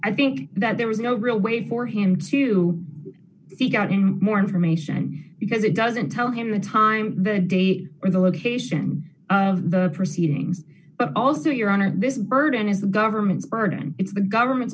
i think that there was no real way for him to be getting more information because it doesn't tell him the time the day or the location of the proceedings but also your honor this burden is the government's burden it's the government's